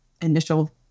initial